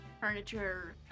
Furniture